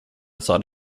site